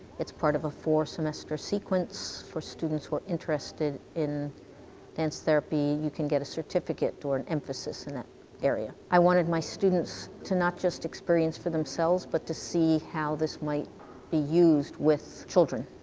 it's part of a four semester sequence for students who are interested in dance therapy. you can get a certificate or an emphasis in that area. i wanted my students to not just experience for themselves, but to see how this might be used with children,